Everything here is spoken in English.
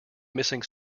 missing